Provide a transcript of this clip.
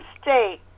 state